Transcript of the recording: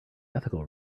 ethical